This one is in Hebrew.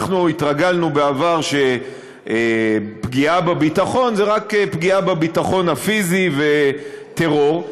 אנחנו התרגלנו בעבר שפגיעה בביטחון זה רק פגיעה בביטחון הפיזי וטרור.